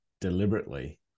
deliberately